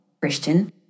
Christian